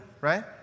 right